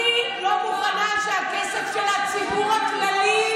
אני לא מוכנה שהכסף של הציבור הכללי,